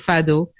Fado